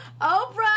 Oprah